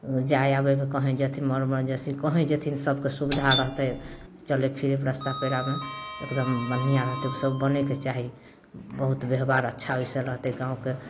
जाइ आबैमे कहीँ जेथिन एम्हर ओम्हर जइसे कहीँ जेथिन सभके सुविधा रहतै चलैत फिरैत रस्ता पेड़ामे एकदम बढ़िआँ रहतै ओसब बनैके चाही बहुत बेवहार अच्छा ओहिसँ रहतै गामके